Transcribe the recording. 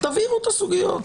תבינו את הסוגיות.